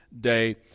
day